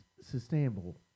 sustainable